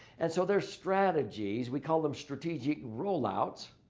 and so their strategies, we call them strategic rollouts.